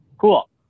Cool